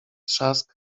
trzask